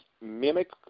mimic